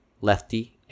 lefty